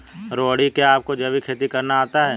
रोहिणी, क्या आपको जैविक खेती करना आता है?